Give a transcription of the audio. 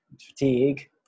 fatigue